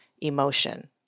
emotion